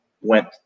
went